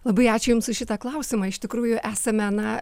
labai ačiū jums už šitą klausimą iš tikrųjų esame na